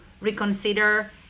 reconsider